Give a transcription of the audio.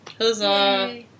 Huzzah